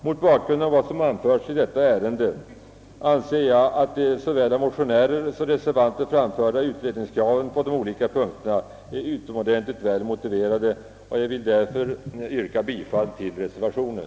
Mot bakgrunden av vad som anförts i detta ärende anser jag, att de av såväl motionärer som reservanter framförda utredningskraven på de olika punkterna är utomordentligt väl motiverade, och vill därför yrka bifall till reservationen.